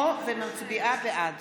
בעד